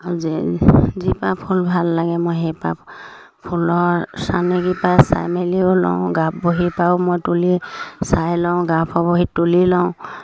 যিপাহ ফুল ভাল লাগে মই সেইপাহ ফুলৰ চানেকিৰপৰা চাই মেলিও লওঁ গাৰ্ফ বহীৰপৰাও মই তুলি চাই লওঁ গাৰ্ফৰ বহি তুলি লওঁ